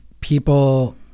people